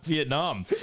Vietnam